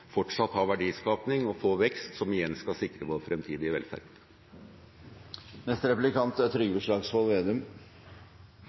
ha verdiskaping og få vekst, som igjen skal sikre vår fremtidige velferd. Jeg synes det er